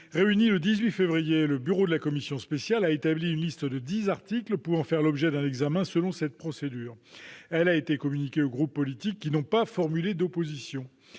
Réuni le 18 février, le bureau de la commission spéciale a établi une liste de dix articles pouvant faire l'objet d'un examen selon cette procédure. Elle a été communiquée aux groupes politiques, qui n'ont pas formulé d'opposition.